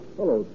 Hello